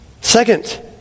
Second